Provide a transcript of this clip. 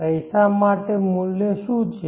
પૈસા માટે શું મૂલ્ય છે